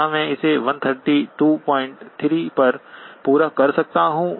क्या मैं इसे 1323 पर पूरा कर सकता हूं